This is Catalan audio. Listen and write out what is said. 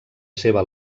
seva